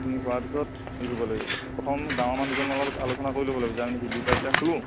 সেইখিনি কৰাৰ পিছত কি কৰিব লাগিব প্ৰথম গাঁৱৰ মানুহজনৰ লগত আলোচনা কৰিব লাগিব যে আমি পাৰ্টি এটা খোলোঁ